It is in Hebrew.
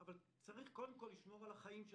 אבל צריך קודם כל לשמור על החיים של